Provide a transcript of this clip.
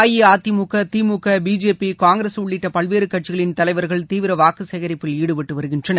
AIADMK DMK BJP Congress உள்ளிட்ட பல்வேறு கட்சிகளின் தலைவர்கள் தீவிர வாக்கு சேகரிப்பில் ஈடுபட்டு வருகின்றனர்